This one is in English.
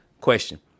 Question